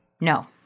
No